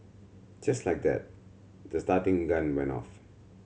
just like that the starting gun went off